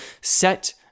set